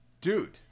dude